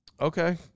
Okay